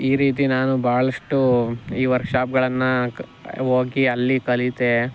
ಈ ರೀತಿ ನಾನು ಭಾಳಷ್ಟು ಈ ವರ್ಕ್ಶಾಪ್ಗಳನ್ನು ಕ ಹೋಗಿ ಅಲ್ಲಿ ಕಲಿತೆ